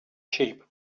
sheep